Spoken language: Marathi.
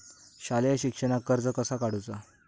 शालेय शिक्षणाक कर्ज कसा काढूचा?